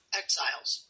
exiles